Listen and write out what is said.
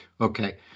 Okay